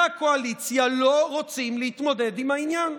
הקואליציה לא רוצים להתמודד עם העניין.